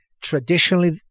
Traditionally